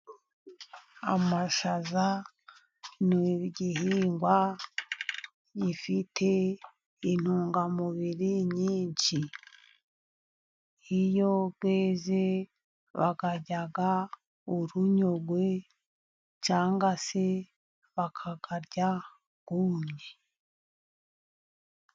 Amashaza ni igihingwa gifite intungamubiri nyinshi. Iyo yeze bayarya urunyogwe cyangwa se bakayarya yumye.